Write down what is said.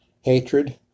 hatred